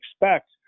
expect